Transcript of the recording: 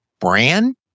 brand